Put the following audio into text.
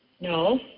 no